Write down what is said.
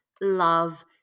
love